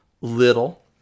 little